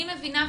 אני מבינה,